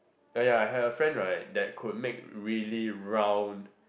ya ya I had a friend right that could make really round